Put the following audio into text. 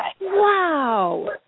wow